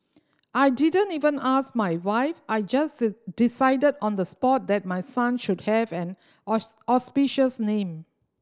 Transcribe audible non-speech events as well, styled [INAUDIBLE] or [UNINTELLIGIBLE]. I didn't even ask my wife I just decided on the spot that my son should have an [UNINTELLIGIBLE] auspicious name